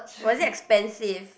was it expensive